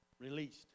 released